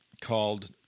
called